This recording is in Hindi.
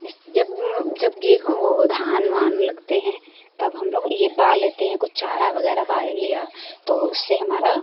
जब जब गेहूं वो जब धान वान लगते हैं तब हम लोग ये बा लेते हैं कुछ चारा वगैरह बा लिया तो उससे हमारा